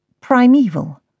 Primeval